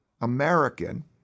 American